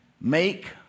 make